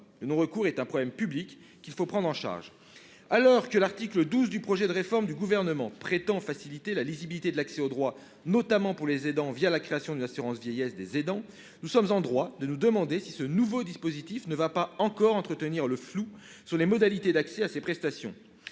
pas. C'est un problème qu'il faut prendre en charge. Alors que l'article 12 du projet de réforme du Gouvernement prétend faciliter la lisibilité de l'accès aux droits, notamment pour les aidants, la création d'une assurance vieillesse des aidants, nous sommes en droit de nous demander si ce nouveau dispositif ne va pas encore entretenir le flou sur les modalités d'accès à ces prestations.